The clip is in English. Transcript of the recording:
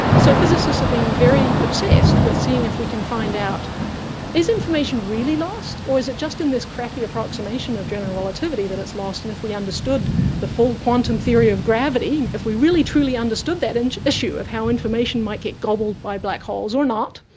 so physicists have been very obsessed with seeing if we can find out is information really lost or is it just in this crappy approximation of general relativity that it's lost, and if we understood the full quantum theory of gravity, if we really truly understood that and issue of how information might get gobbled by black holes, or not,